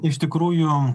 iš tikrųjų